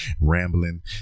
rambling